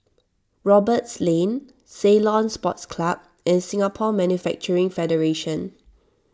Roberts Lane Ceylon Sports Club and Singapore Manufacturing Federation